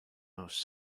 most